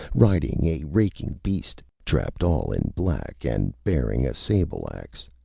riding a raking beast trapped all in black, and bearing a sable axe.